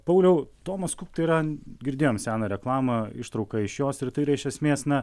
pauliau tomas kuk tai yra girdėjom seną reklamą ištrauką iš jos ir tai yra iš esmės na